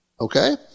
Okay